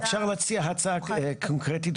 אפשר להציע הצעה קונקרטית?